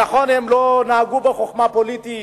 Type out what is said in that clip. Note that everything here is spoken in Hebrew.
נכון, הם לא נהגו בחוכמה פוליטית,